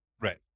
right